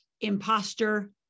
imposter